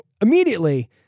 immediately